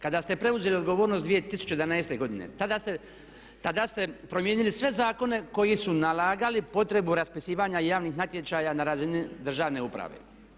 Kada ste preuzeli odgovornost 2011. godine tada ste promijenili sve zakone koji su nalagali potrebu raspisivanja javnih natječaja na razini državne uprave.